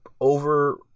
over